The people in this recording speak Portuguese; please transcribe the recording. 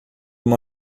uma